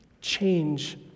change